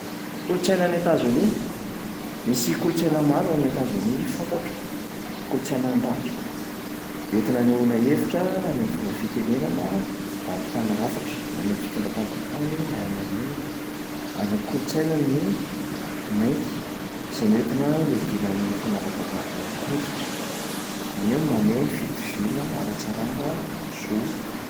Kolontsaina any Etazonia, misy kolontsaina maro ao amin'i Etazonia fantatro: kolontsainan'ny rap, hoentina anehoana hevitra any am'fomba fitenenana mba hampitana hafatra na any am'fitondram-panjakana io na any amin'inona. Ary ny kolontsainan'ny mainty zay noentina iadiana amin'ny fanavakavaham-bolon-koditra, zany hoe maneho ny fitoviana ara-tsaranga, zo.